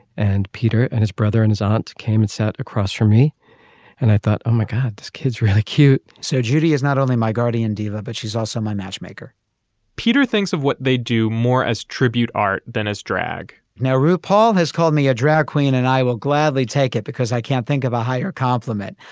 and peter and his brother and his aunt came and sat across from me and i thought, oh, my god, this kid's really cute so judy is not only my guardian diva, but she's also my matchmaker peter thinks of what they do more as tribute art than as drag now, rupaul has called me a drag queen and i will gladly take it because i can't think of a higher compliment.